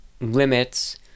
limits